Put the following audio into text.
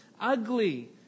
ugly